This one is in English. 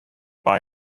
buy